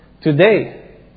today